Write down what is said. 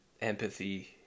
empathy